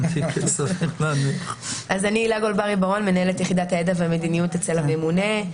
אני מנהלת יחידת הידע והמדיניות אצל הממונה.